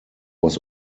was